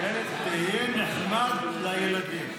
מלכיאלי, תהיה נחמד לילדים.